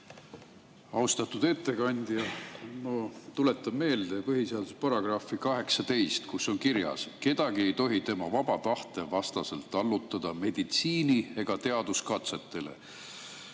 Austatud ettekandja! Ma tuletan meelde põhiseaduse § 18, kus on kirjas, et kedagi ei tohi tema vaba tahte vastaselt allutada meditsiini- ega teaduskatsetele.